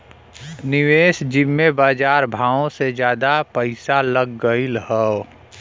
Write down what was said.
निवेस जिम्मे बजार भावो से जादा पइसा लग गएल हौ